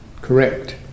Correct